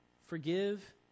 forgive